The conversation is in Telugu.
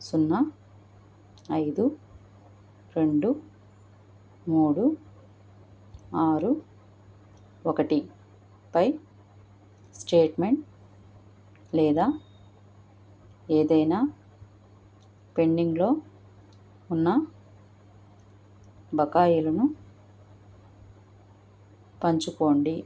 సున్నా ఐదు రెండు మూడు ఆరు ఒకటిపై స్టేట్మెంట్ లేదా ఏదైనా పెండింగ్లో ఉన్న బకాయిలను పంచుకోండి